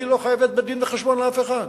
היא לא חייבת בדין-וחשבון לאף אחד.